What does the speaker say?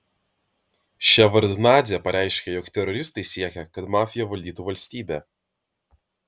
ševardnadzė pareiškė jog teroristai siekia kad mafija valdytų valstybę